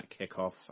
kickoff